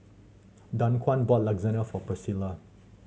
Daquan bought Lasagna for Priscila